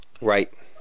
right